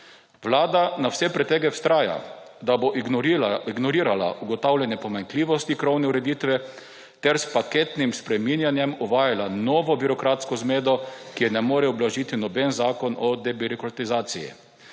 Vlada na vse pretege vztraja, da bo ignorirala ugotovljene pomanjkljivosti krovne ureditve ter s paketnim spreminjanjem uvajala novo birokratsko zmedo, ki je ne more ublažiti noben zakon o debirokratizaciji.